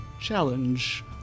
challenge